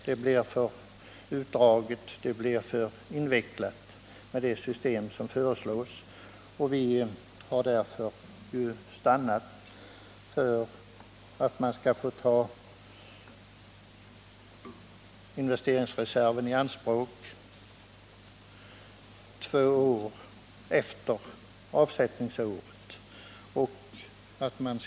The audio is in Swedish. Med det system som föreslås blir det alltför invecklat, och vi har därför stannat för att man skall få ta investeringsreserven i anspråk två år efter avsättningsåret.